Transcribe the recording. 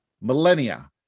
millennia